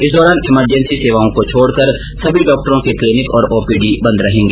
इस दौरान इमरजेंसी सेवाओं को छोड़कर सभी डॉक्टरों के क्लीनिक और ओपीडी बंद रहेगी